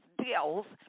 deals